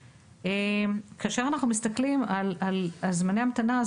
כאשר אנחנו מסתכלים על זמני המתנה,